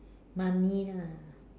money lah